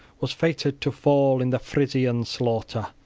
was fated to fall in the frisian slaughter.